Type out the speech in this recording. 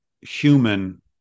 human